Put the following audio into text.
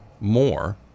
more